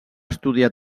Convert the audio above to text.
estudiar